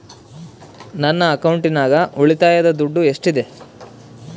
ನನ್ನ ಅಕೌಂಟಿನಾಗ ಉಳಿತಾಯದ ದುಡ್ಡು ಎಷ್ಟಿದೆ?